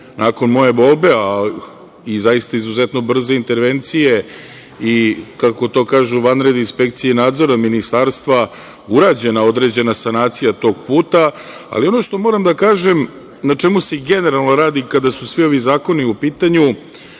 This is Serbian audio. nakon moje molbe i zaista izuzetno brze intervencije i kako to kažu vanredne inspekcije i nadzora ministarstva urađena određena sanacija tog puta, ali ono što moram da kažem, na čemu se generalno radi kada su svi ovi zakoni u pitanju